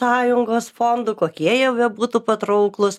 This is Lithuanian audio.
sąjungos fondų kokie jie bebūtų patrauklūs